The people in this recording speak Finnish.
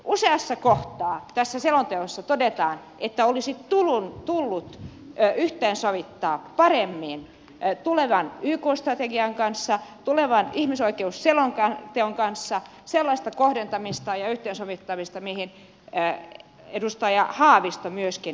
useassa kohtaa tässä selonteossa todetaan että olisi tullut yhteensovittaa paremmin tulevan yk strategian kanssa tulevan ihmisoikeusselonteon kanssa sellaista kohdentamista ja yhteensovittamista mihin edustaja haavisto myöskin viittasi